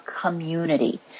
community